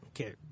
Okay